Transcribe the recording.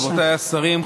רבותיי השרים,